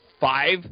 five